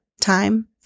time